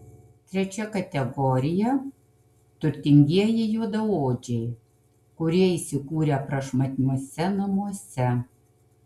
trečia kategorija turtingieji juodaodžiai kurie įsikūrę prašmatniuose namuose